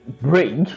break